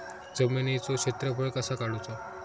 जमिनीचो क्षेत्रफळ कसा काढुचा?